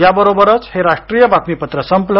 याबरोबरच हे राष्ट्रीय बातमीपत्र संपलं